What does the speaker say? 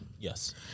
Yes